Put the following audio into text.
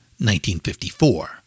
1954